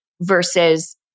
versus